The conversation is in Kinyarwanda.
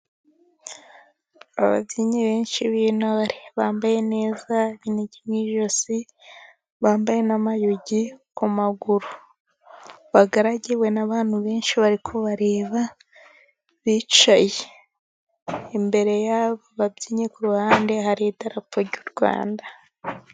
Ababyinnyi benshi b'intore bambaye neza, ibinigi mu ijosi bambaye n'amayugi ku maguru, bagaragiwe n'abantu benshi bari kubareba bicaye imbere y'ababyinnyi ku ruhande hari idarapo ry'u Rwanda.